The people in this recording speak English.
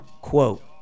quote